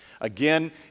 Again